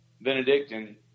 Benedictine